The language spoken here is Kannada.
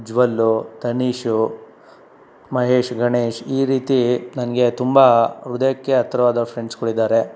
ಉಜ್ವಲ್ ತನೀಶ್ ಮಹೇಶ್ ಗಣೇಶ್ ಈ ರೀತಿ ನನಗೆ ತುಂಬ ಹೃದಯಕ್ಕೆ ಹತ್ರವಾದ ಫ್ರೆಂಡ್ಸ್ಗಳಿದ್ದಾರೆ